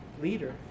leader